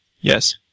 Yes